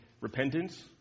repentance